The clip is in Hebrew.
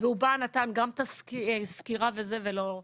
הוא בא ונתן גם סקירה וכו', ולא עשה כלום.